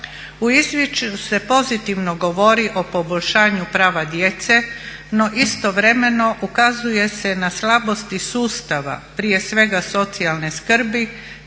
U izvješću se pozitivno govori o poboljšanju prava djece, no istovremeno ukazuje se na slabosti sustava, prije svega socijalne skrbi,